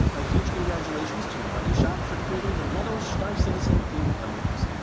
a huge congratulations to moneyshot for creating the metal star citizen themed emblems.